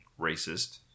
Racist